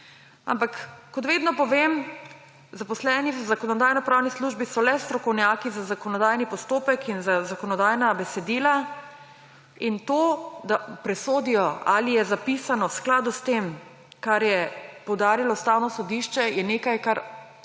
ampak vedno povem, zaposleni v Zakonodajno-pravni službi so le strokovnjaki za zakonodajni postopek in zakonodajna besedila, in to da presodijo, ali je zapisano v skladu s tem, kar je poudarilo Ustavno sodišče, je nekaj, kar